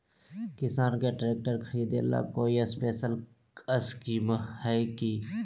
किसान के ट्रैक्टर खरीदे ला कोई स्पेशल स्कीमो हइ का?